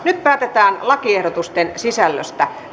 nyt päätetään lakiehdotusten sisällöstä